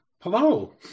Hello